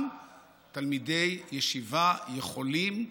גם תלמידי ישיבה יכולים,